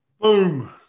Boom